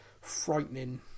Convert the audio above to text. frightening